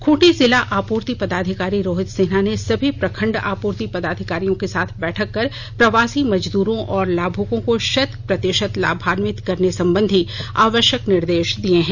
खूंटी जिला आपूर्ति पदाधिकारी रोहित सिन्हा ने सभी प्रखंड आपूर्ति पदाधिकारियों के साथ बैठक कर प्रवासी मजदूरों और लाभुकों को शत प्रतिशत लाभान्वित करने संबंधी आवश्यक निर्देश दिए हैं